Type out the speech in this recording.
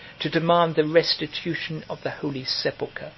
to demand the restitution of the holy sepulchre,